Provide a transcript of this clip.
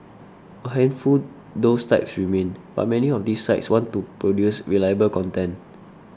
a handful those types remain but many of these sites want to produce reliable content